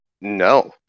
no